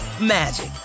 magic